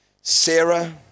Sarah